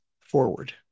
forward